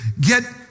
get